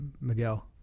Miguel